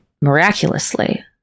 miraculously